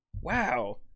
wow